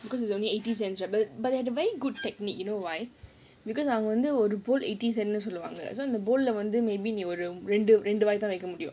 because it's only eighty cents where but they have a very good technique you know why because I அவங்க வந்து:avanga vandhu eighty cents சொல்வாங்க:solvaanga rando~ random ரெண்டு வாய் தான் வைக்க முடியும்:rendu vasithaan vaika mudiyum